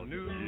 New